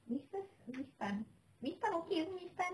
missus miss tan miss tan okay [pe] miss tan